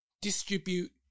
distribute